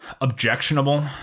objectionable